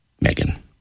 Megan